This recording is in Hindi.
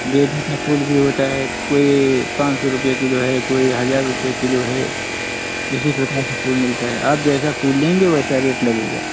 दो रुपये फूल भी होता है कोई पाँच सौ रुपये किलो है कोई हज़ार रुपये किलो है इसी प्रकार के फूल मिलता है आप जैसा फूल लेंगे वैसा रेट लगेगा